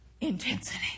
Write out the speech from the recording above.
intensity